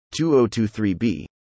2023b